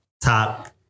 top